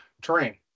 terrain